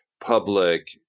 public